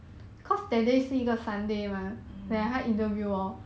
mm mm